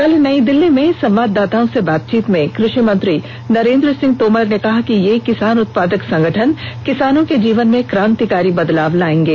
कल नई दिल्ली में संवाददाताओं से बातचीत में कृषि मंत्री नरेन्द्र सिंह तोमर ने कहा कि ये किसान उत्पादक संगठन किसानों के जीवन में क्रान्तिकारी बदलाव लायेंगे